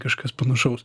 kažkas panašaus